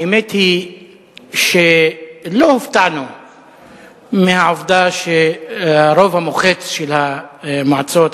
האמת היא שלא הופתענו מהעובדה שהרוב המוחץ של המועצות,